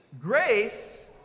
Grace